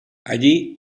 allí